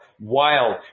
wild